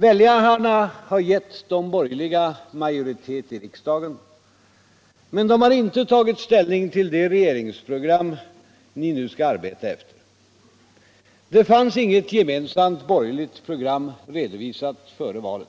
Väljarna har gett de borgerliga majoritet i riksdagen. Men de har inte tagit ställning till det regeringsprogram ni nu skall arbewa efter. Det fanns inget gemensamt borgerligt program redovisat före valet.